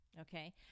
Okay